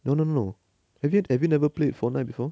no no no have you have you never played fortnite before